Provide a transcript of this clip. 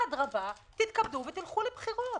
אדרבא, תתכבדו ותלכו לבחירות.